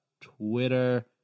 Twitter